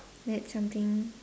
that's something